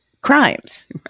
crimes